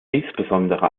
insbesondere